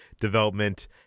development